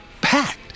packed